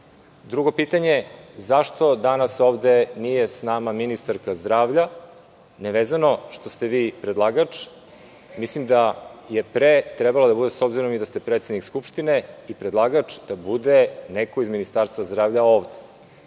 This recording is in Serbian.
pitanje, zašto danas nije sa nama ministarka zdravlja nevezano što ste vi predlagač? Mislim da je pre trebalo da bude, s obzirom i da ste predsednik Skupštine i predlagač, neko iz Ministarstva zdravlja ovde.